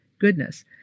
goodness